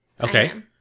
Okay